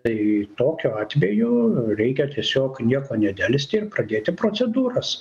tai tokiu atveju reikia tiesiog nieko nedelsti ir pradėti procedūras